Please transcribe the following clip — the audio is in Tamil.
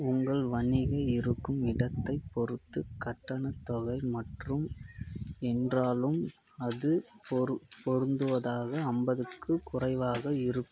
உங்கள் வணிக இருக்கும் இடத்தைப் பொறுத்து கட்டணத் தொகை மற்றும் என்றாலும் அது பொரு பொருந்துவதாக ஐம்பதுக்கு குறைவாக இருக்கும்